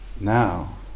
now